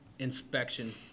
inspection